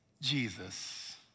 Jesus